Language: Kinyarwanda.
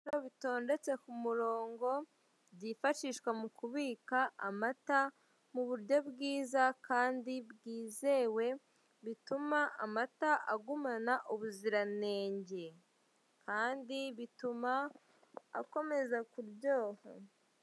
Ibisabo bitondetse k'umurongo byifashishwa mu kubika amata, muburyo bwiza kandi bwizewe bituma amata agumana ubuziranenge, kandi bituma akomeza kuryoha.